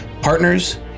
partners